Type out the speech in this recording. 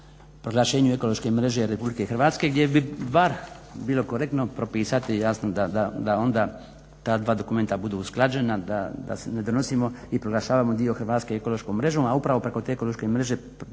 proglašenju ekološke mreže Republike Hrvatske gdje bi bar bilo korektno propisati jasno da onda ta dva dokumenta budu usklađena, da ne donosimo i proglašavamo dio Hrvatske ekološkom mrežom, a upravo preko te ekološke mreže